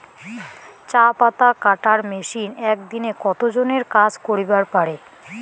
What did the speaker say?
চা পাতা কাটার মেশিন এক দিনে কতজন এর কাজ করিবার পারে?